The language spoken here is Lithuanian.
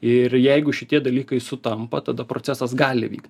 ir jeigu šitie dalykai sutampa tada procesas gali vyk